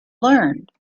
learned